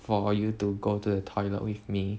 for you to go to the toilet with me